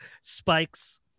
spikes